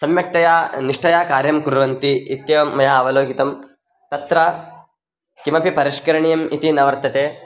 सम्यक्तया निष्ठया कार्यं कुर्वन्ति इत्येवं मया अवलोकितं तत्र किमपि परिष्करणीयम् इति न वर्तते